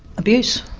abuse,